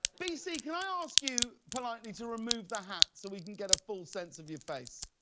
b c, can i ask you politely to remove the hat so we can get a full sense of your face?